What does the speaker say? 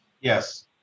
yes